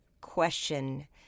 question